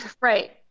Right